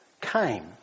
came